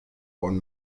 von